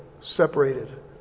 separated